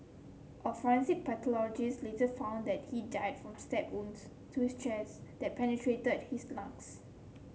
a forensic pathologist later found that he died from stab wounds to his chest that penetrated his lungs